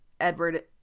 edward